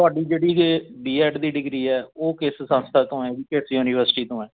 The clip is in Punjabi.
ਤੁਹਾਡੀ ਜਿਹੜੀ ਬੀ ਐਡ ਦੀ ਡਿਗਰੀ ਹੈ ਉਹ ਕਿਸ ਸੰਸਥਾ ਤੋਂ ਹੈ ਜੀ ਕਿਸ ਯੂਨੀਵਰਸਿਟੀ ਤੋਂ ਹੈ